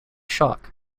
shock